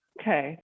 okay